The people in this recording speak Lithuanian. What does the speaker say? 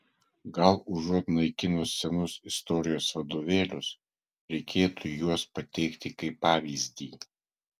gal užuot naikinus senus istorijos vadovėlius reikėtų juos pateikti kaip pavyzdį